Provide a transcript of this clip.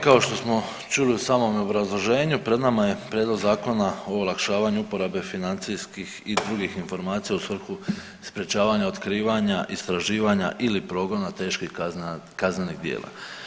Kao što smo čuli u samom obrazloženju pred nama je prijedlog Zakona o olakšavanju uporabe financijskih i drugih informacija u svrhu sprječavanja, otkrivanja, istraživanja ili progona teških kaznenih djela.